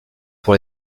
pour